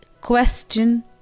question